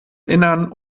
innern